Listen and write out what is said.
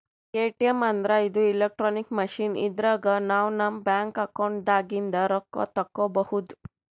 ATM ಅಂದ್ರ ಇದು electronic machine ಇದ್ರಾಗ್ ನಾವ್ ನಮ್ ಬ್ಯಾಂಕ್ ಅಕೌಂಟ್ ದಾಗಿಂದ್ ರೊಕ್ಕ ತಕ್ಕೋಬಹುದ್